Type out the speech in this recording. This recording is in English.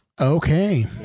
Okay